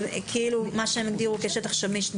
מה שהם הגדירו כשטח שמיש,